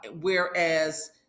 whereas